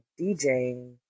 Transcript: DJing